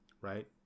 right